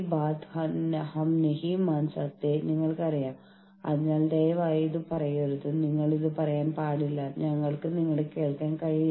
പക്ഷേ നിങ്ങളുടെ സ്ക്രീനുകൾ താൽക്കാലികമായി നിർത്തി സ്ക്രീനിൽ വായിക്കുന്നതിനെക്കുറിച്ച് നിങ്ങൾ വിഷമിക്കേണ്ടതില്ല